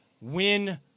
win